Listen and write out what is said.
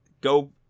go